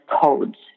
codes